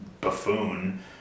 buffoon